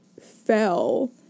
fell